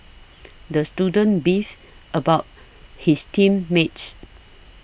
the student beefed about his team mates